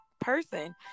person